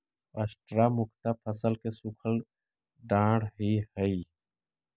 straw मुख्यतः फसल के सूखल डांठ ही हई